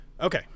Okay